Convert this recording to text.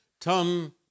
Tom